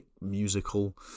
musical